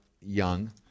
young